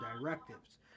directives